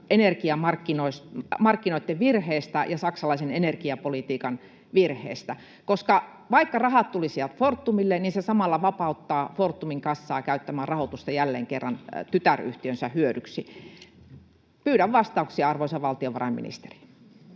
energiamarkkinoitten virheistä ja saksalaisen energiapolitiikan virheestä? Koska vaikka rahat tulisivat Fortumille, niin se samalla vapauttaa Fortumin kassaa käyttämään rahoitusta jälleen kerran tytäryhtiönsä hyödyksi. Pyydän vastauksia, arvoisa valtiovarainministeri.